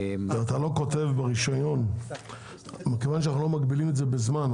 מכיוון שאנחנו לא מגבילים את זה בזמן,